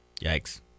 Yikes